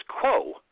quo